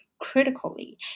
critically